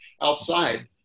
outside